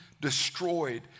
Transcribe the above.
destroyed